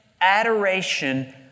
adoration